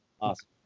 Awesome